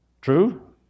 True